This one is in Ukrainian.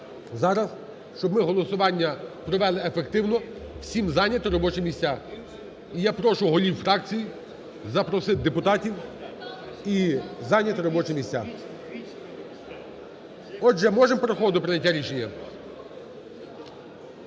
зараз, щоб ми голосування провели ефективно, всім зайняти робочі місця. І я прошу голів фракцій запросити депутатів і зайняти робочі місця. Отже, можемо переходити до прийняття рішення?